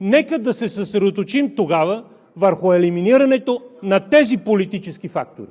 Нека да се съсредоточим тогава върху елиминирането на тези политически фактори,